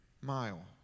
mile